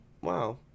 Wow